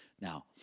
Now